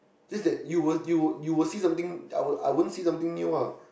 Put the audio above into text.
just that you will you will you will see something I I won't see something new ah